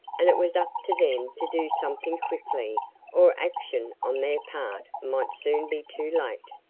and it was up to them to do something quickly or action on their part might soon be too late.